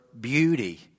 beauty